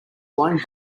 blowing